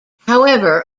however